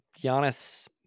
Giannis